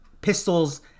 pistols